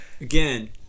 Again